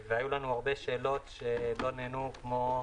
היו לנו הרבה שאלות שלא נענו, כמו: